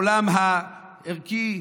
העולם הערכי,